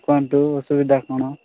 କୁହନ୍ତୁ ଅସୁବିଧା କ'ଣ